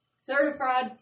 Certified